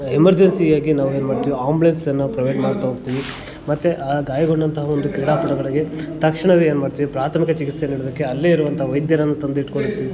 emergency ಆಗಿ ನಾವೇನು ಮಾಡ್ತೀವಿ ಆಂಬ್ಲೆಸ್ಸನ್ನು ಪ್ರೊವೈಡ್ ಮಾಡ್ತಾ ಹೋಗ್ತಿವಿ ಮತ್ತು ಆ ಗಾಯಗೊಂಡಂಥ ಒಂದು ಕ್ರೀಡಾಪಟುಗಳಿಗೆ ತಕ್ಷಣವೇ ಏನು ಮಾಡ್ತೀವಿ ಪ್ರಾಥಮಿಕ ಚಿಕಿತ್ಸೆ ನೀಡೋದಕ್ಕೆ ಅಲ್ಲೇ ಇರುವಂಥ ವೈದ್ಯರನ್ನ ತಂದಿಟ್ಕೊಂಡಿರ್ತೀವಿ